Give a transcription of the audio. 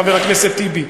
חבר הכנסת טיבי,